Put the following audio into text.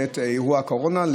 בעת אירוע הקורונה,